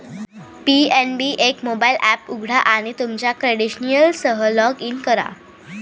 PNB एक mobile app उघडा आणि तुमच्या क्रेडेन्शियल्ससह लॉग इन करा